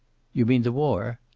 you mean the war?